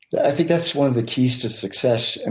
i think that's one of the keys to success. and